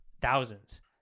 Thousands